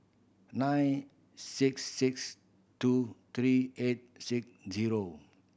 nine six six two three eight six zero